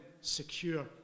secure